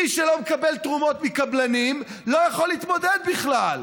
מי שלא מקבל תרומות מקבלנים לא יכול להתמודד בכלל.